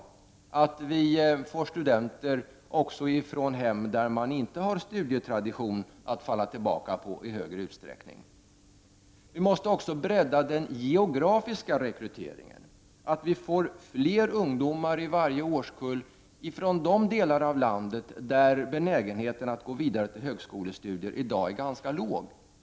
Vi behöver i större utsträckning få studenter också från hem som saknar studietradition att falla tillbaka på. Vi måste också bredda den geografiska rekryteringen så att fler ungdomar i varje årskull kommer från de delar av landet där benägenheten att gå vidare till högskolestudier i dag är ganska låg.